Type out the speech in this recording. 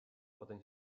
potem